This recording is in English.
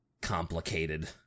complicated